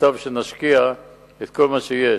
מוטב שנשקיע את כל מה שיש